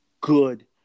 good